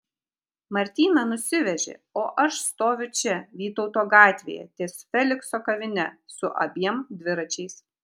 martyną nusivežė o aš stoviu čia vytauto gatvėje ties felikso kavine su abiem dviračiais